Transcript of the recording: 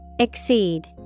Exceed